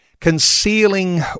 concealing